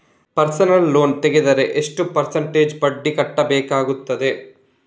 Personal loan ತೆಗೆದರೆ ಎಷ್ಟು percentage ಬಡ್ಡಿ ಕಟ್ಟಬೇಕಾಗುತ್ತದೆ?